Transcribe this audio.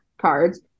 cards